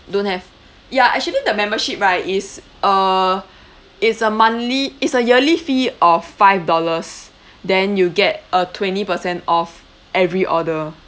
don't have ya actually the membership right is a it's a monthly it's a yearly fee of five dollars then you get a twenty percent off every order